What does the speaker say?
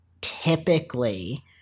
typically